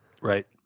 Right